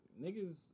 niggas